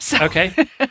Okay